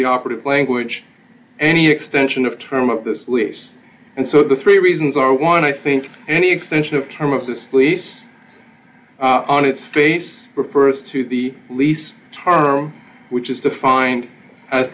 the operative language any extension of term of this is and so the three reasons are one i think any extension of time of this lease on its face refers to the lease tara which is defined as